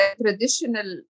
traditional